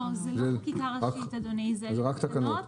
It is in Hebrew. זה לא חקיקה ראשית, אדוני, זה תקנות.